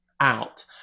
out